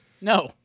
no